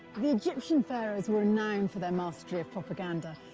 the egyptian pharaohs were known for their mastery of propaganda.